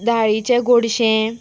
डाळीचे गोडशें